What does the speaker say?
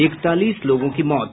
इकतालीस लोगों की मौत